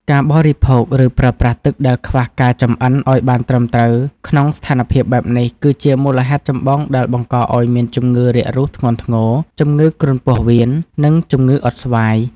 ការបរិភោគ ឬប្រើប្រាស់ទឹកដែលខ្វះការចម្អិនឱ្យបានត្រឹមត្រូវក្នុងស្ថានភាពបែបនេះ គឺជាមូលហេតុចម្បងដែលបង្កឱ្យមានជំងឺរាករូសធ្ងន់ធ្ងរ ជំងឺគ្រុនពោះវៀន និងជំងឺអុតស្វាយ។